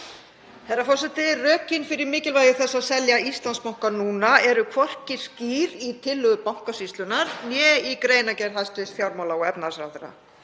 Herra forseti. Rökin fyrir mikilvægi þess að selja Íslandsbanka núna eru hvorki skýr í tillögu Bankasýslunnar né í greinargerð hæstv. fjármála- og efnahagsráðherra.